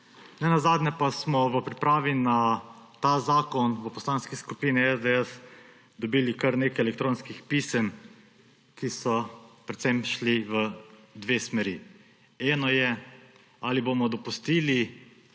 Ne nazadnje pa smo v pripravi na ta zakon v Poslanski skupini SDS dobili kar nekaj elektronskih pisem, ki so šla predvsem v dve smeri. Ena je, ali bomo dopustili